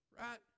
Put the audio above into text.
right